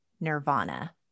Nirvana